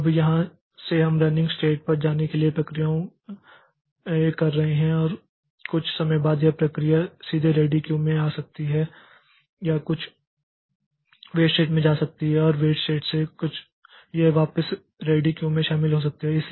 अब यहाँ से हम रनिंग स्टेट पर जाने के लिए प्रक्रियाएँ कर रहे हैं और कुछ समय बाद यह प्रक्रिया सीधे रेडी क्यू में आ सकती है या यह कुछ वेट स्टेट में जा सकती है और वेट स्टेट से यह वापस रेडी क्यू में शामिल हो जाती है